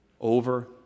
Over